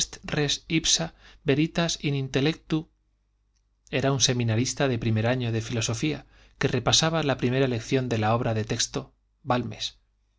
veritas in intellectu era un seminarista de primer año de filosofía que repasaba la primera lección de la obra de texto balmes